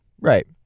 right